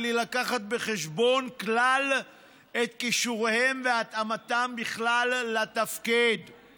בלי להביא בחשבון כלל את כישוריהם והתאמתם לתפקיד בכלל.